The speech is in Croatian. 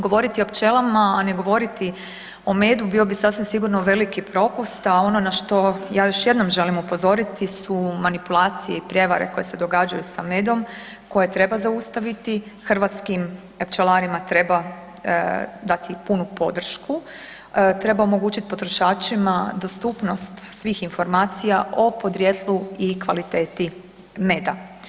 Govoriti o pčelama, a ne govoriti o medu, bio bi sasvim sigurno veliki propust, a ono na što ja još jednom želim upozoriti su manipulacije i prijevare koje se događaju s medom koje treba zaustaviti, hrvatskim pčelarima treba dati punu podršku, treba omogućiti potrošačima dostupnost svih informacija o podrijetlu i kvaliteti meda.